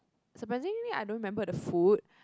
surprisingly I don't remember the food